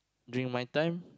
during my time